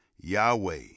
yahweh